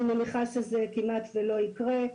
אני מניחה שזה כמעט ולא יקרה.